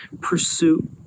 pursuit